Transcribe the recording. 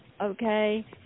okay